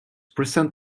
present